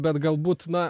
bet galbūt na